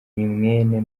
mwene